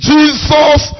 Jesus